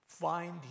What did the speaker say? find